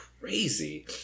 crazy